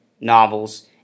novels